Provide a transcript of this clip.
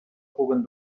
puguen